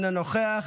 אינו נוכח.